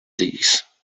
these